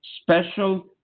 special